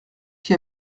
qui